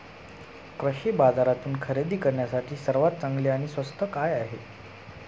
कृषी बाजारातून खरेदी करण्यासाठी सर्वात चांगले आणि स्वस्त काय आहे?